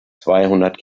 zweihundert